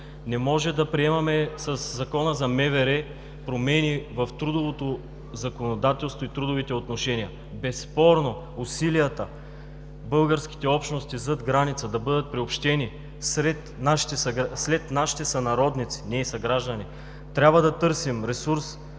Не може със Закона за МВР да приемем промени в трудовото законодателство и трудовите отношения. Безспорно усилията българските общности зад граница да бъдат приобщени сред нашите сънародници не и съграждани. Трябва да търсим ресурс